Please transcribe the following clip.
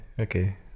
okay